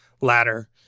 Ladder